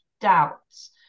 doubts